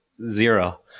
zero